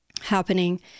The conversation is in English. happening